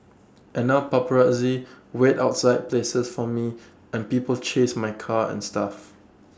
and now paparazzi wait outside places for me and people chase my car and stuff